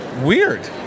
weird